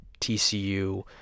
TCU